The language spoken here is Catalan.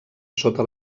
sota